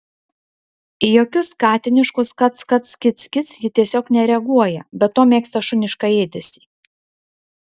į jokius katiniškus kac kac kic kic ji tiesiog nereaguoja be to mėgsta šunišką ėdesį